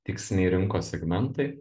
tiksliniai rinkos segmentai